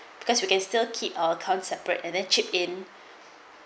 because you can still keep our can't separate and then chip in